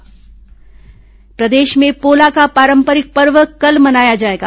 पोला प्रदेश में पोला का पारंपरिक पर्व कल मनाया जाएगा